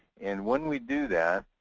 and when we do that,